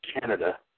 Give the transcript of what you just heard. Canada